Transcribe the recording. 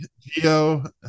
geo